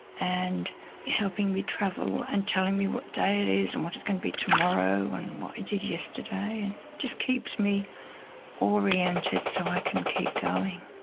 and helping me travel and telling me what day it is and what it's going to be tomorrow and what i did yesterday. he just keeps me oriented so i can keep going.